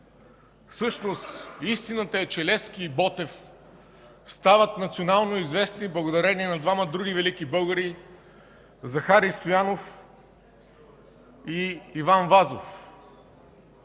Всъщност истината е, че Левски и Ботев стават национално известни благодарение на двама други велики българи – Захари Стоянов и Иван Вазов.